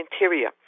interior